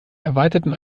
erweiterten